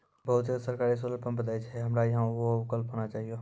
बहुत जगह सरकारे सोलर पम्प देय छैय, हमरा यहाँ उहो विकल्प होना चाहिए?